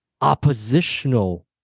oppositional